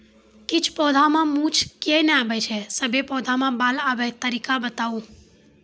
किछ पौधा मे मूँछ किये नै आबै छै, सभे पौधा मे बाल आबे तरीका बताऊ?